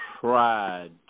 tried